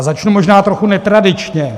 Začnu možná trochu netradičně.